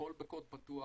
הכול בקוד פתוח.